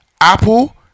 Apple